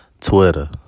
Twitter